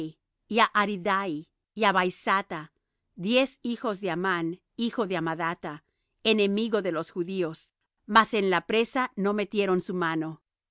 á vaizatha diez hijos de amán hijo de amadatha enemigo de los judíos mas en la presa no metieron su mano